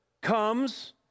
comes